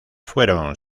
fueron